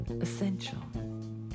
Essential